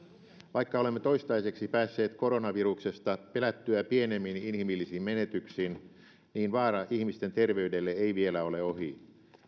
vaikka olemme toistaiseksi päässeet koronaviruksesta pelättyä pienemmin inhimillisin menetyksin niin vaara ihmisten terveydelle ei vielä ole ohi